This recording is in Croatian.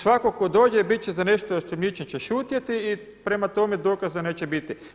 Svako ko dođe bit će za nešto osumnjičen će šutjeti i prema tome dokaza neće biti.